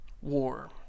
war